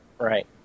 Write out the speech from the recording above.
Right